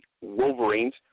Wolverines